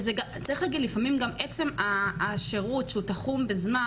עצם השירות שתחום בזמן